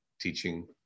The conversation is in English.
teaching